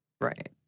Right